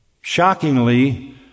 Shockingly